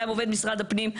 היה עובד משרד הפנים.